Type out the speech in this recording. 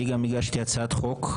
אני גם הגשתי הצעת חוק,